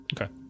Okay